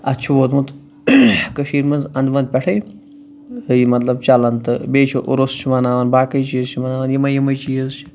اَتھ چھُ ووتمُت کٔشیٖرِ منٛز اَنٛدٕ وَنٛدٕ پٮ۪ٹھے یہِ مطلب چلان تہٕ بیٚیہِ چھُ عُرُس چھُ مناوان باقٕے چیٖز چھِ مناوان یِمٔے یِمٔے چیٖز چھِ